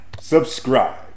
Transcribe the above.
subscribe